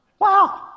Wow